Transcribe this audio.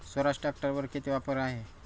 स्वराज ट्रॅक्टरवर किती ऑफर आहे?